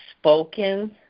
spoken